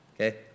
Okay